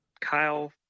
Kyle